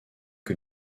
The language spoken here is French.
que